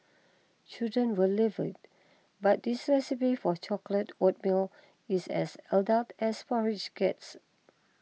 children will love it but this recipe for chocolate oatmeal is as adult as porridge gets